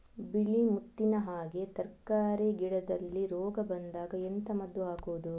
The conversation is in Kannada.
ಬಿಳಿ ಮುತ್ತಿನ ಹಾಗೆ ತರ್ಕಾರಿ ಗಿಡದಲ್ಲಿ ರೋಗ ಬಂದಾಗ ಎಂತ ಮದ್ದು ಹಾಕುವುದು?